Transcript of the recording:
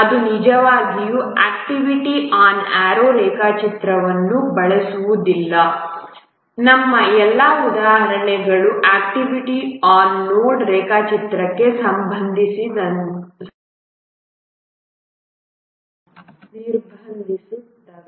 ಅದು ನಿಜವಾಗಿಯೂ activity on arrow ರೇಖಾಚಿತ್ರವನ್ನು ಬಳಸುವುದಿಲ್ಲ ಎಂದು ನಮ್ಮ ಎಲ್ಲಾ ಉದಾಹರಣೆಗಳು ಆಕ್ಟಿವಿಟಿ ಆನ್ ನೋಡ್ ರೇಖಾಚಿತ್ರಕ್ಕೆ ನಿರ್ಬಂಧಿಸುತ್ತವೆ